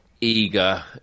eager